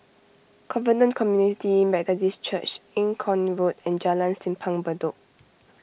Covenant Community Methodist Church Eng Kong Road and Jalan Simpang Bedok